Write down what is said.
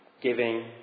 giving